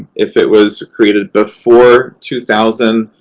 if it was created before two thousand,